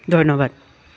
ধন্যবাদ